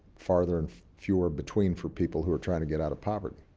farther and fewer between for people who are trying to get out of poverty.